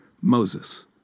Moses